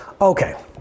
Okay